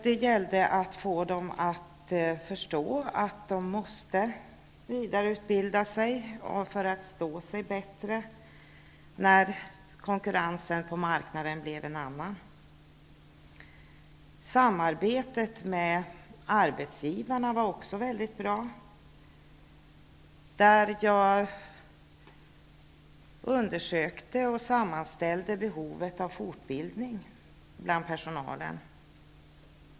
Det gällde att få dem att förstå att de måste vidareutbilda sig för att stå sig bättre när konkurrensen på marknaden blev en annan. Samarbetet med arbetsgivarna var också mycket bra. Jag undersökte och sammanställde behovet av fortbildning bland personalen.